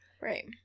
Right